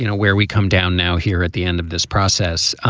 you know where we come down now here at the end of this process?